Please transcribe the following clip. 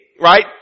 right